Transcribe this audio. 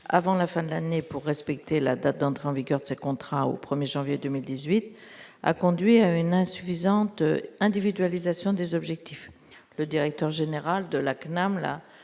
avant la fin de l'année pour respecter la date d'entrée en vigueur de ces contrats au 1er janvier 2018 a conduit à une insuffisante individualisation des objectifs, le directeur général de la CNAM l'a